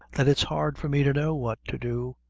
that it's hard for me to know what to do,